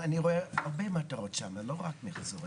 אני רואה הרבה מטרות שם, לא רק מחזור.